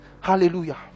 Hallelujah